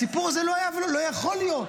הסיפור הזה לא היה יכול להיות,